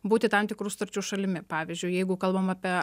būti tam tikrų sutarčių šalimi pavyzdžiui jeigu kalbam apie